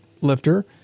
lifter